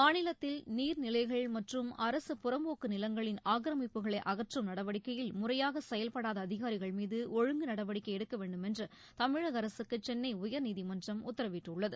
மாநிலத்தில் நீர்நிலைகள் மற்றும் அரசு புறம்போக்கு நிலங்களின் ஆக்கிரமிப்புகளை அகற்றும் நடவடிக்கையில் முறையாக செயல்படாத அதிகாரிகள் மீது ஒழுங்கு நடவடிக்கை எடுக்க வேண்டுமென்று தமிழக அரசுக்கு சென்னை உயா்நீதிமன்றம் உத்தரவிட்டுள்ளது